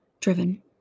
driven